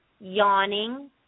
yawning